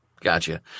Gotcha